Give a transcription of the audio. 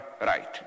right